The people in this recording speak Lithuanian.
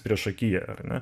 priešakyje ar ne